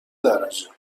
درجه